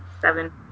seven